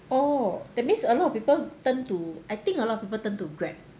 oh that means a lot of people turn to I think a lot of people turn to grab